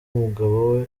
umugabo